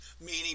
meaning